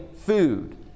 food